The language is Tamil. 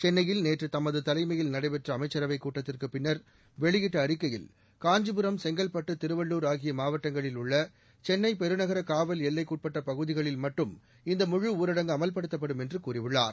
சென்னையில் நேற்று தமது தலைமையில் நடைபெற்ற அமைச்சரவைக் கூட்டத்திற்குப் பின்னர் வெளியிட்ட அறிக்கையில் காஞ்சிபுரம் செங்கல்பட்டு திருவள்ளூர் ஆகிய மாவட்டங்களில் உள்ள சென்னை பெருநகர காவல் எல்லைக்குட்பட்ட பகுதிகளில் மட்டும் இந்த முழு ஊரடங்கு அமல்படுத்தப்படும் என்று கூறியுள்ளார்